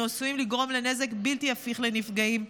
אנחנו עשויים לגרום לנזק בלתי הפיך לנפגעים.